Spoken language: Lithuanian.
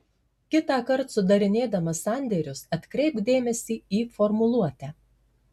kitąkart sudarinėdamas sandėrius atkreipk dėmesį į formuluotę